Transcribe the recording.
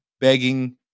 begging